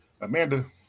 Amanda